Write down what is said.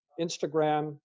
Instagram